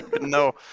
No